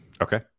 Okay